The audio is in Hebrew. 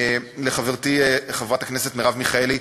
לחברתי חברת הכנסת מרב מיכאלי,